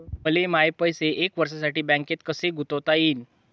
मले माये पैसे एक वर्षासाठी बँकेत कसे गुंतवता येईन?